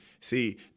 See